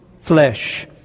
flesh